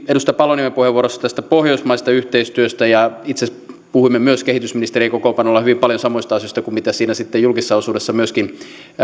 edustaja paloniemen puheenvuorossa puhuttiin tästä pohjoismaisesta yhteistyöstä ja itse asiassa puhuimme myös kehitysministereiden kokoonpanolla hyvin paljon samoista asioista kuin mitä oli sitten siinä julkisessa osuudessa myöskin